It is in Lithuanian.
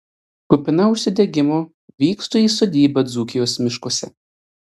kupina užsidegimo vykstu į sodybą dzūkijos miškuose